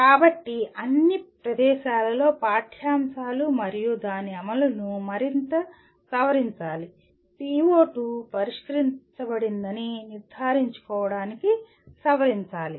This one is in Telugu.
కాబట్టి అన్ని ప్రదేశాలలో పాఠ్యాంశాలు మరియు దాని అమలును మరింత సవరించాలి PO2 పరిష్కరించబడిందని నిర్ధారించుకోవడానికి సవరించాలి